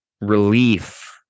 relief